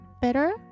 better